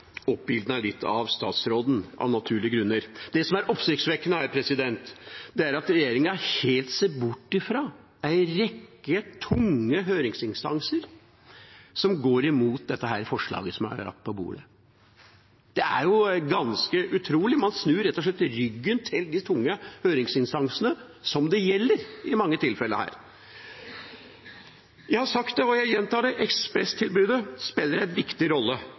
selvfølgelig litt oppildnet av statsråden, av naturlige grunner. Det som er oppsiktsvekkende her, er at regjeringa helt ser bort fra en rekke tunge høringsinstanser som går mot dette forslaget som er lagt på bordet. Det er ganske utrolig: Man snur rett og slett ryggen til de tunge høringsinstansene som dette i mange tilfeller gjelder. Jeg har sagt det, og jeg gjentar det: Ekspresstilbudet spiller en viktig rolle